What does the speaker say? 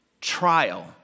Trial